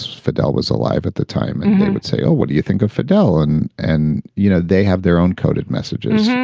fidel was alive at the time and they would say, oh, what do you think of fidel? and. and, you know, they have their own coded messages.